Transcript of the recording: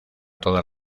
todas